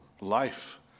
life